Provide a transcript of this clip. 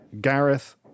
Gareth